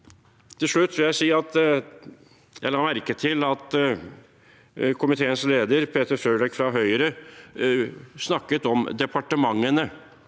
jeg si at jeg la merke til at komiteens leder, Peter Frølich fra Høyre, snakket om departementene.